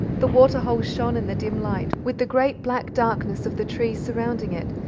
the water-hole shone in the dim light, with the great black darkness of the trees surrounding it,